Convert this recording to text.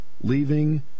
leaving